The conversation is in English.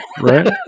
Right